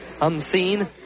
unseen